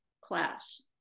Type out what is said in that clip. class